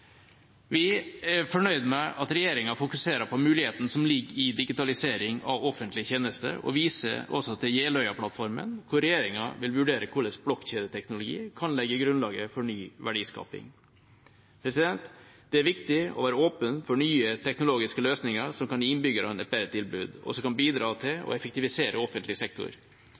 Vi er fornøyd med at regjeringa fokuserer på mulighetene som ligger i digitalisering av offentlige tjenester, og viser også til Jeløya-plattformen, hvor regjeringa vil vurdere hvordan blokkjedeteknologi kan legge grunnlaget for ny verdiskaping. Det er viktig å være åpen for nye teknologiske løsninger som kan gi innbyggerne et bedre tilbud, og som kan bidra til å effektivisere offentlig sektor.